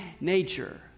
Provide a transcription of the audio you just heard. nature